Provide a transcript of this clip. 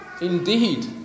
indeed